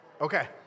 Okay